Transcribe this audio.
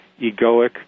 egoic